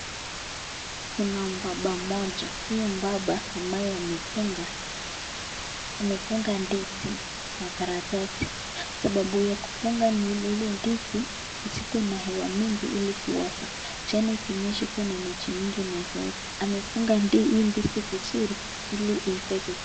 Kuna mbaba mmoja, huyo mbaba ambaye amefunga ndizi na karatasi, sababu ya kufunga ni ile ndizi isikuwe na hewa mingi ili kuoza, tena ikinyesha iwe na maji mingi inaweza oza, amefunga hii ndizi vizuri ili iive vizuri.